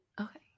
Okay